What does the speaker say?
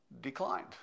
declined